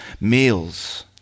meals